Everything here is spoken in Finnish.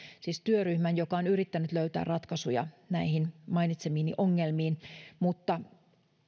siis työryhmän joka on yrittänyt löytää ratkaisuja näihin mainitsemiini ongelmiin mutta